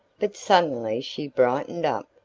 but suddenly she brightened up.